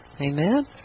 Amen